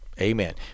Amen